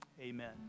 Amen